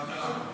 כלכלה.